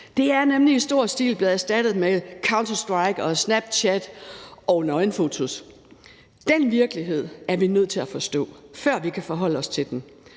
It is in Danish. Det er nemlig i stor stil blevet erstattet med Counter-Strike, Snapchat og nøgenfotos. Den virkelighed er vi nødt til at forstå, før vi kan forholde os til den,